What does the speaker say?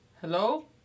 Hello